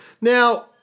Now